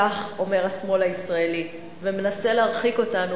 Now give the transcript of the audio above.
כך אומר השמאל הישראלי ומנסה להרחיק אותנו